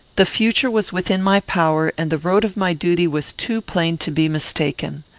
the future was within my power, and the road of my duty was too plain to be mistaken.